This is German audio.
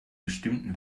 bestimmten